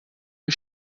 you